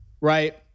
right